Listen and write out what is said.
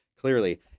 clearly